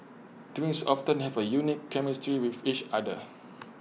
twins often have A unique chemistry with each other